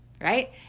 right